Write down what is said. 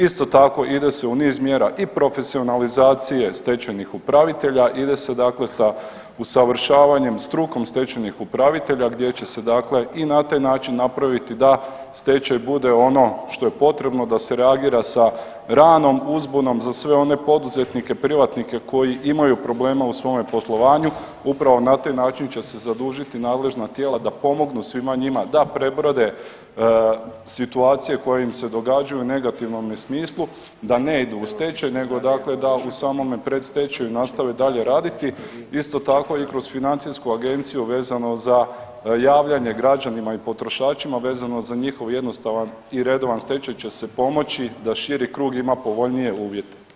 Isto tako ide se u niz mjera i profesionalizacije stečajnih upravitelja, ide se dakle sa usavršavanjem strukom stečajnih upravitelja gdje će se dakle i na taj način napraviti da stečaj bude ono što je potrebno da se reagira sa ranom uzbunom za sve one poduzetnike i privatnike koji imaju problema u svome poslovanju, upravo na taj način će se zadužiti nadležna tijela da pomognu svima njima da prebrode situacije koje im se događaju u negativnome smislu da ne idu u stečaj nego dakle da u samome predstečaju nastave dalje raditi, isto tako i kroz Financijsku agenciju vezano za javljanje građanima i potrošačima vezano za njihov jednostavan i redovan stečaj će se pomoći da širi krug ima povoljnije uvjete.